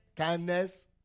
kindness